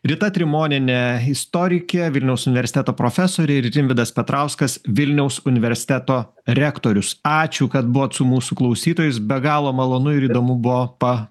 rita trimonienė istorikė vilniaus universiteto profesorė ir rimvydas petrauskas vilniaus universiteto rektorius ačiū kad buvot su mūsų klausytojais be galo malonu ir įdomu buvo pa